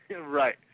Right